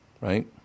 right